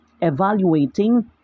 evaluating